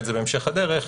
במציאות שלנו,